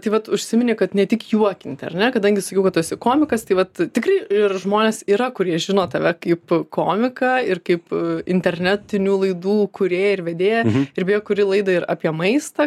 tai vat užsimeni kad ne tik juokinti ar ne kadangi sakiau kad tu esi komikas tai vat tikri ir žmonės yra kurie žino tave kaip komiką ir kaip internetinių laidų kūrėja ir vedėja ir beje kuri laida ir apie maistą